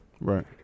Right